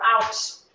out